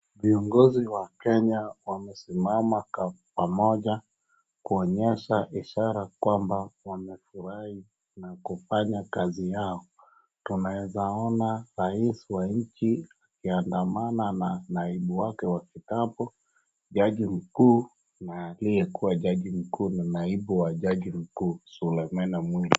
Viongozi wa Kenya wamesimama pamoja kuonyesha ishara kwamba wanafurahi na kufanya kazi yao. Tunaeza ona rais wa nchi akiandamana na naibu wake wa kitambo, jaji mkuu na aliyekuwa jaji mkuu na naibu wa jaji mkuu Philomena.